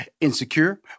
Insecure